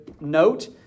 note